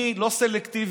אני לא סלקטיבי